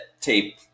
tape